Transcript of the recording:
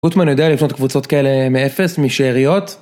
גוטמן יודע לפנות קבוצות כאלה מאפס, משאריות.